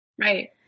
Right